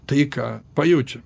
tai ką pajaučiam